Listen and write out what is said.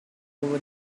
over